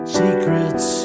secrets